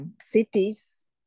cities